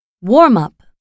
Warm-up